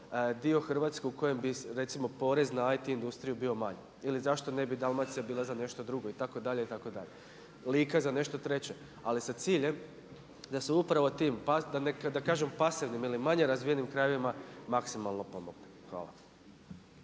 dio Hrvatske u kojem bi recimo porez na IT industriju bio manji. Ili zašto ne bi Dalmacija bila za nešto drugo itd. itd. Lika za nešto treće. Ali sa ciljem da se upravo tim, da ne kažem pasivnim ili manje razvijenim krajevima maksimalno pomogne. Hvala.